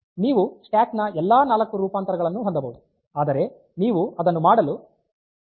ನೀವು ಸ್ಟ್ಯಾಕ್ ನ ಎಲ್ಲಾ 4 ರೂಪಾಂತರಗಳನ್ನು ಹೊಂದಬಹುದು ಆದರೆ ನೀವು ಅದನ್ನು ಮಾಡಲು ನಿಮ್ಮ ಸ್ವಂತ ಇನ್ಸ್ಟ್ರಕ್ಷನ್ಸ್ ಗಳನ್ನು ಬಳಸಬೇಕಾಗುತ್ತದೆ